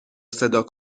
صدا